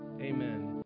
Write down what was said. Amen